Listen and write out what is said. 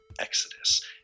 Exodus